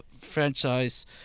franchise